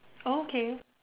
oh okay